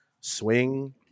swing